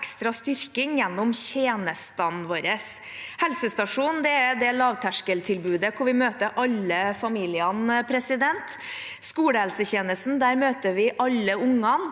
ekstra styrking gjennom tjenestene våre. Helsestasjonen er det lavterskeltilbudet hvor vi møter alle familiene. Gjennom skolehelsetjenesten møter vi alle barna.